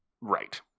Right